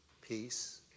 peace